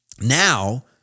Now